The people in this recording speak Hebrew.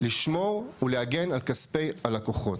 לשמור ולהגן על כספי הלקוחות.